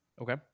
Okay